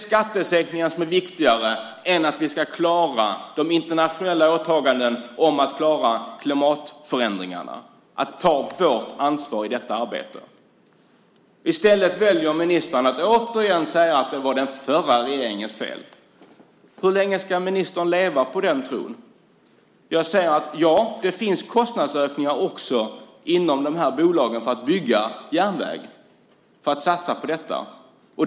Skattesänkningar är viktigare än de internationella åtagandena om att klara klimatförändringarna, att ta vårt ansvar i det arbetet. I stället väljer ministern att återigen säga att det var den förra regeringens fel. Hur länge ska ministern leva på den tron? Jag säger ja, det finns kostnadsökningar också inom de här bolagen när det gäller att satsa på järnvägar.